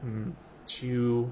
mm chill